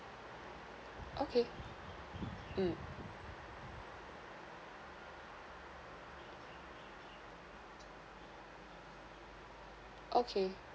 okay um okay